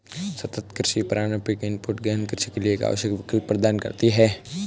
सतत कृषि पारंपरिक इनपुट गहन कृषि के लिए एक आवश्यक विकल्प प्रदान करती है